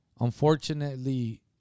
unfortunately